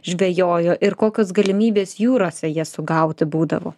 žvejojo ir kokios galimybės jūrose jas sugauti būdavo